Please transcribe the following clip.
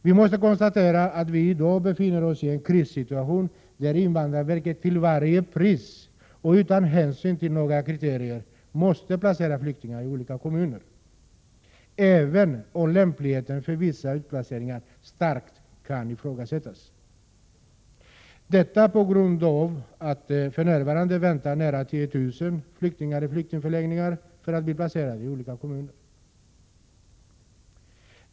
Vi måste konstatera att vi i dag befinner oss i en krissituation, där invandrarverket till varje pris — och utan hänsyn till några kriterier — måste placera flyktingar i olika kommuner, även om lämpligheten beträffande vissa utplaceringar starkt kan ifrågasättas. Nära 10 000 flyktingar väntar nämligen för närvarande i flyktingförläggningar på att bli placerade i olika kommuner.